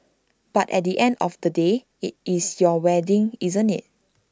but at the end of the day IT is your wedding isn't IT